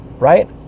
Right